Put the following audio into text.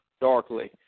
darkly